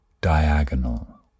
diagonal